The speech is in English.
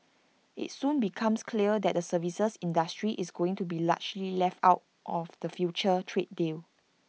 IT soon becomes clear that the services industry is going to be largely left out of the future trade deal